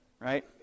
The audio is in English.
right